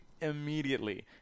immediately